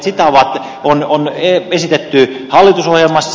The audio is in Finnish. sitä on esitetty hallitusohjelmassa